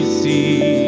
see